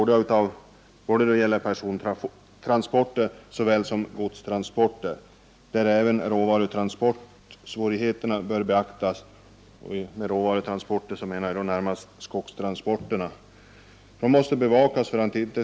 Det gäller både persontransporter och godstransporter, varvid även råvarutransporterna — jag avser då närmast skogstransporterna — bör beaktas.